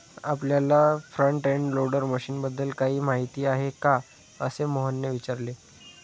आपल्याला front end loader मशीनबद्दल काही माहिती आहे का, असे मोहनने विचारले?